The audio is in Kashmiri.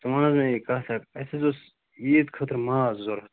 ژٕ ؤن حظ مےٚ یہَ کتھ اَکھ اَسہِ حظ اوس عیٖد خٲطرٕ ماز ضروٗرت